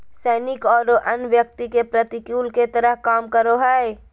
सैनिक औरो अन्य व्यक्ति के प्रतिकूल के तरह काम करो हइ